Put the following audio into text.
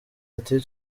ati